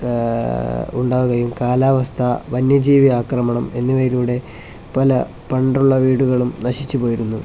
ഉണ്ടാവുകയും കാലാവസ്ഥ വന്യജീവി ആക്രമണം എന്നിവയിലൂടെ പല പണ്ടുള്ള വീടുകളും നശിച്ചു പോയിരുന്നു